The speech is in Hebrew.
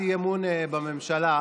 בממשלה,